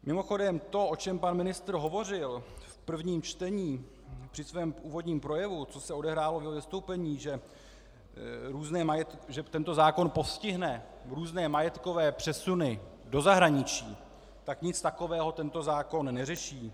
Mimochodem to, o čem pan ministr hovořil v prvním čtení při svém úvodním projevu, co se odehrálo v jeho vystoupení, že tento zákon postihne různé majetkové přesuny do zahraničí, tak nic takového tento zákon neřeší.